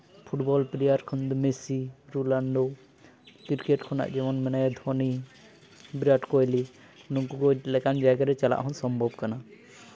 football player ᱠᱷᱚᱱ ᱫᱚ Messi Ronaldo cricket ᱠᱷᱚᱱᱟᱜ ᱡᱮᱢᱚᱱ ᱢᱮᱱᱟᱭᱟ ᱫᱷᱳᱱᱤ ᱵᱤᱨᱟᱴ ᱠᱳᱦᱞᱤ ᱱᱩᱠᱩ ᱠᱚ ᱞᱮᱠᱟᱱ ᱡᱟᱭᱜᱟ ᱨᱮ ᱥᱚᱢᱵᱷᱚᱵ ᱠᱟᱱᱟ